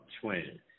twin